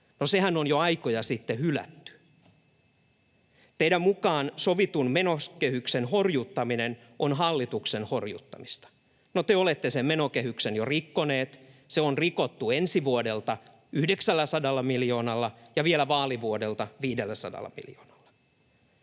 No sehän on jo aikoja sitten hylätty. Teidän mukaanne sovitun menokehyksen horjuttaminen on hallituksen horjuttamista. No, te olette sen menokehyksen jo rikkoneet: se on rikottu ensi vuodelta 900 miljoonalla ja vielä vaalivuodelta 500 miljoonalla.